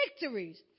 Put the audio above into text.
victories